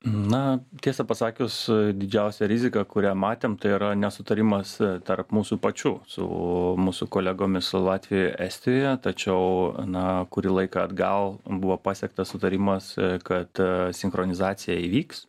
na tiesą pasakius didžiausia rizika kurią matėm tai yra nesutarimas tarp mūsų pačių su mūsų kolegomis latvijoj estijoje tačiau na kuri laiką atgal buvo pasiektas sutarimas kad sinchronizacija įvyks